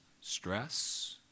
stress